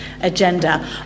agenda